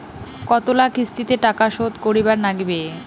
কতোলা কিস্তিতে টাকা শোধ করিবার নাগীবে?